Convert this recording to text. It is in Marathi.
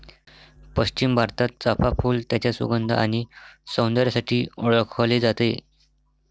पश्चिम भारतात, चाफ़ा फूल त्याच्या सुगंध आणि सौंदर्यासाठी ओळखले जाते